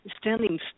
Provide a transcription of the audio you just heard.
standing